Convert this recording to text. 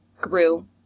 grew